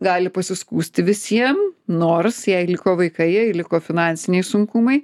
gali pasiskųsti visiem nors jai liko vaikai jai liko finansiniai sunkumai